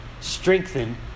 strengthen